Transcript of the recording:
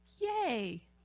Yay